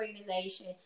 Organization